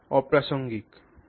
এটি অপ্রাসঙ্গিক